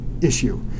issue